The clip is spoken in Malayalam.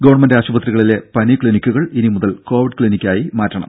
ഗവൺമെന്റ് ആശുപത്രികളിലെ പനി ക്ലിനിക്കുകൾ ഇനി മുതൽ കോവിഡ് ക്റ്റിനിക്കായി മാറ്റണം